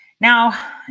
Now